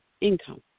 income